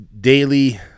daily